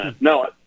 No